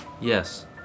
yes